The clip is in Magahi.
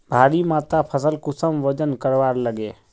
भारी मात्रा फसल कुंसम वजन करवार लगे?